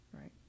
right